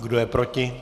Kdo je proti?